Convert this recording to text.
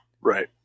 Right